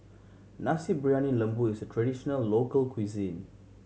Nasi Briyani Lembu is a traditional local cuisine